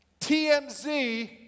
TMZ